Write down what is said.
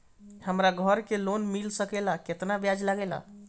हमरा घर के लोन मिल सकेला केतना ब्याज लागेला?